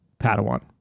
Padawan